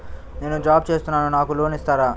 నేను జాబ్ చేస్తున్నాను నాకు లోన్ ఇస్తారా?